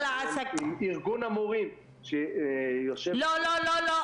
ארגון המורים --- לא, לא, לא.